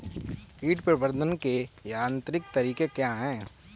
कीट प्रबंधक के यांत्रिक तरीके क्या हैं?